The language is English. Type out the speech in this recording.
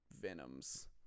Venoms